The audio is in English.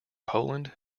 poland